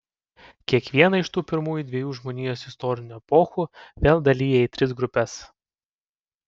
kiekvieną iš tų pirmųjų dviejų žmonijos istorinių epochų vėl dalija į tris grupes